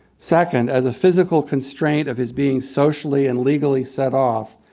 second, as a physical constraint of his being socially and legally set off,